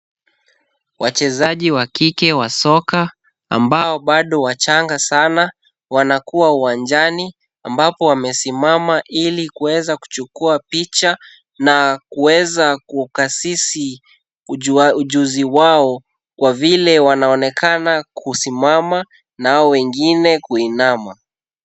Wachezaji wa kike wa soka ambao bado wachanga sana wanakuwa uwanjani ambapo wamesimama ili kuweza kuchukua picha na kuweza kukasisi ujuzi wao kwa vile wanaonekana kusimama nao wengine kuinama.